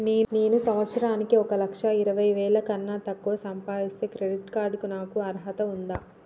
నేను సంవత్సరానికి ఒక లక్ష ఇరవై వేల కన్నా తక్కువ సంపాదిస్తే క్రెడిట్ కార్డ్ కు నాకు అర్హత ఉందా?